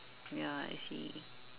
ya I see